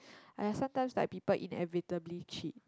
!aiya! sometimes like people inevitably cheat